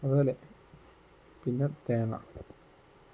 അതുപോലെ പിന്നെ തേങ്ങ